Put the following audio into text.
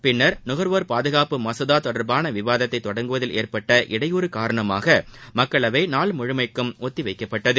பின்னர் நுகர்வோர் பாதுகாப்பு மசோதா தொடர்பான விவாதத்தை தொடங்குவதில் ஏற்பட்ட இடையூறு காரணமாக மக்களவை நாள்முழுமைக்கும் ஒத்திவைக்கப்பட்டது